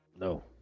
no